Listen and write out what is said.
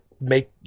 make